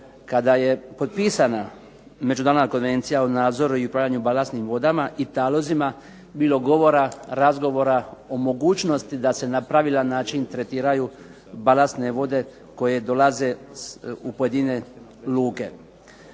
kada je potpisana Međunarodna konvencija o nadzoru i upravljanju balastnim vodama i talozima bilo govora, razgovora o mogućnosti da se na pravilan način tretiraju balastne vode koje dolaze u pojedine luke.